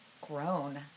grown